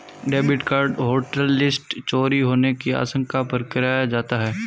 debit card hotlist चोरी होने की आशंका पर कराया जाता है